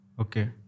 okay